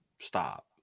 Stop